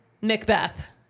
Macbeth